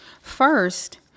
first